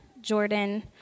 Jordan